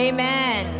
Amen